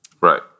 Right